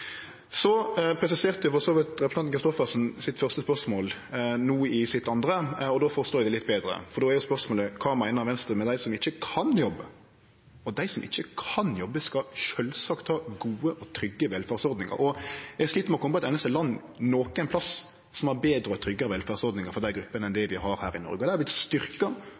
Så presiserte for så vidt representanten Christoffersen sitt første spørsmål no i sitt andre, og då forstår eg det litt betre, for då er jo spørsmålet: Kva meiner Venstre med dei som ikkje kan jobbe? Dei som ikkje kan jobbe, skal sjølvsagt ha gode og trygge velferdsordningar. Eg slit med å kome på eit einaste land nokon plass som har betre og tryggare velferdsordningar for dei gruppene enn det vi har her i Noreg, og dei har